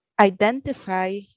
identify